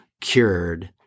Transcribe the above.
cured